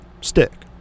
stick